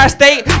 state